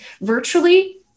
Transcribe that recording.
virtually